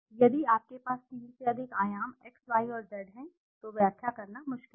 यदि आपके पास 3 से अधिक आयाम x y और z हैं तो व्याख्या करना मुश्किल है